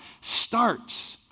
starts